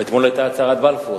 אתמול היה יום הצהרת בלפור.